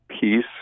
peace